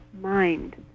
mind